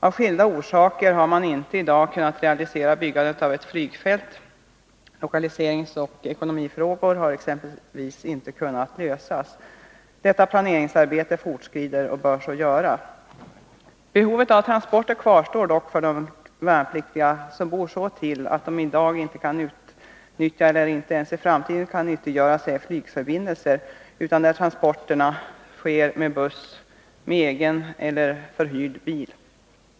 Av skilda orsaker har man inte i dag kunnat realisera byggandet av ett flygfält. Lokaliseringsoch ekonomifrågor har exempelvis inte kunnat lösas. Planeringsarbetet fortskrider och bör så göra. Behovet av transporter kvarstår för de värnpliktiga som bor så till att de i dag inte kan utnyttja eller inte ens i framtiden kan nyttiggöra sig en flygförbindelse, utan där transporterna får ske med buss eller med egen eller förhyrd bil.